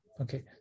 Okay